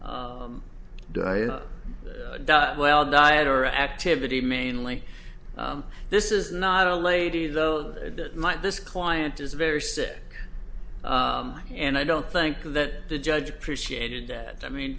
of well diet or activity mainly this is not a lady though that might this client is very sick and i don't think that the judge appreciated that i mean